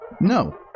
No